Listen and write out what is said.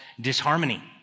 disharmony